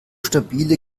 stabile